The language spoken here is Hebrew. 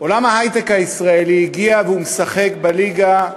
עולם ההיי-טק הישראלי הגיע והוא משחק בליגה הבין-לאומית.